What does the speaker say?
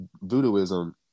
voodooism